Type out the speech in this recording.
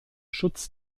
schutz